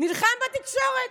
נלחם בתקשורת.